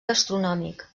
gastronòmic